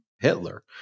Hitler